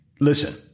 Listen